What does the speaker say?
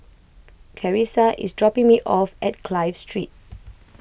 Charissa is dropping me off at Clive Street